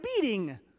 beating